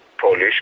Polish